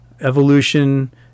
evolution